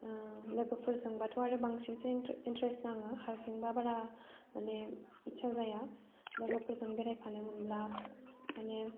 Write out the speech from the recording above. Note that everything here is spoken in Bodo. लोगोफोरजोंबाथ' आरो बांसिनसो इन्टारेस्ट नाङो हारसिंबा बारा माने इस्सा जाया लोगोफोरजों बेरायफानो मोनब्ला माने